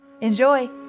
Enjoy